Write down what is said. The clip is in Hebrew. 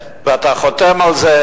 אתה מביא את החוזה ואתה חותם על עליו,